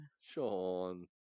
Sean